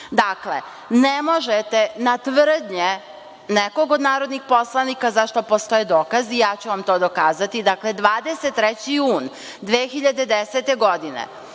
znate. Dakle, ne možete na tvrdnje nekog od narodnih poslanika, za šta postoje dokazi, ja ću vam to dokazati, 23. jun 2010. godine